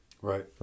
right